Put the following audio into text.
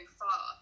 far